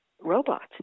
robots